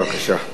בבקשה.